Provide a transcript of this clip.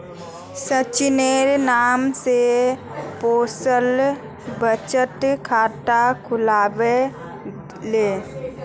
सचिनेर नाम स पोस्टल बचत खाता खुलवइ ले